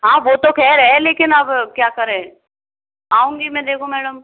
हाँ वो तो कह रहे हैं लेकिन अब क्या करें आऊँगी मैं देखो मैडम